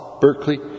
Berkeley